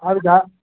ಆಗುತ್ತಾ